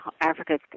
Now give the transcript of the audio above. Africa